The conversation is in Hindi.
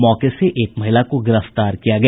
मौके से एक महिला को गिरफ्तार किया गया